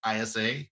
ISA